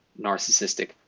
narcissistic